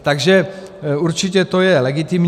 Takže určitě to je legitimní.